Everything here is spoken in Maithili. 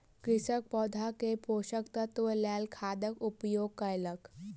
कृषक पौधा के पोषक तत्वक लेल खादक उपयोग कयलक